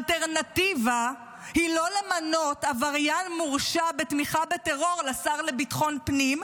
האלטרנטיבה היא לא למנות עבריין מורשע בתמיכה בטרור לשר לביטחון הפנים,